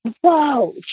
whoa